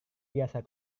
biasa